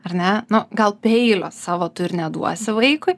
ar ne nu gal peilio savo tu ir neduosi vaikui